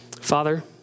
Father